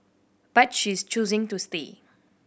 but she is choosing to stay